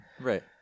Right